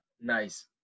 Nice